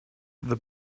the